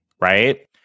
right